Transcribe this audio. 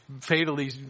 fatally